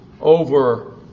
over